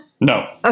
No